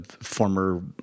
former